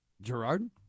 gerard